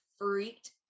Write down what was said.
freaked